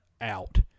out